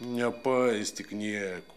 nepaistyk niekų